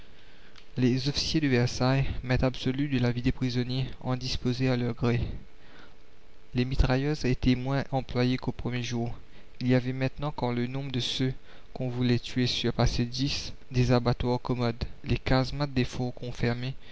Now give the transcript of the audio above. les officiers de versailles maîtres absolus de la vie des prisonniers en disposaient à leur gré les mitrailleuses étaient moins employées qu'aux premiers jours il y avait maintenant quand le nombre de ceux qu'on voulait tuer surpassait dix des abattoirs commodes les